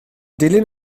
dilyn